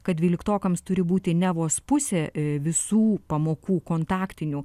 kad dvyliktokams turi būti ne vos pusė visų pamokų kontaktinių